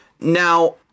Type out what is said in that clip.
Now